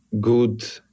good